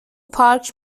پارک